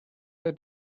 her